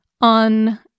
on